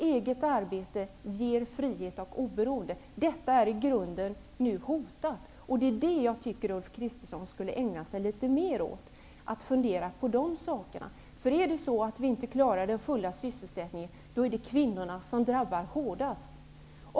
Eget arbete ger frihet och oberoende, något som nu i grunden är hotat. Ulf Kristersson borde ägna sig litet mer åt att fundera över det. Om vi inte klarar den fulla sysselsättningen, är det kvinnorna som drabbas hårdast.